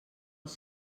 els